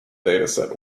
dataset